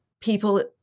people